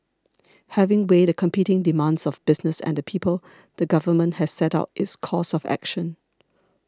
having weighed the competing demands of business and the people the government has set out its course of action